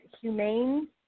humane